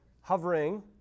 hovering